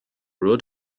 road